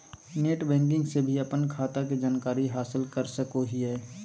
net banking से भी अपन खाता के जानकारी हासिल कर सकोहिये